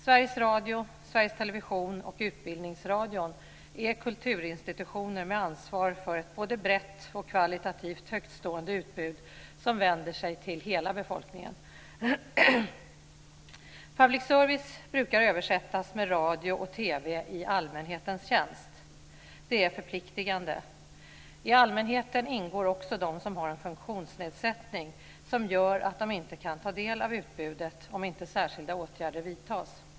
Sveriges Radio, Sveriges Television och Utbildningsradion är kulturinstitutioner med ansvar för ett både brett och kvalitativt högtstående utbud som vänder sig till hela befolkningen. Public service brukar översättas med radio och TV i allmänhetens tjänst. Det är förpliktigande. I allmänheten ingår också de som har en fuktionsnedsättning som gör att de inte kan ta del av utbudet om inte särskilda åtgärder vidtas.